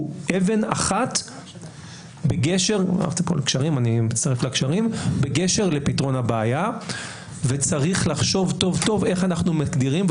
הוא אבן אחת בגשר לפתרון הבעיה וצריך לחשוב טוב טוב איך אנחנו מגדירים.